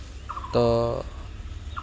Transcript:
ᱛᱚ